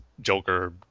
Joker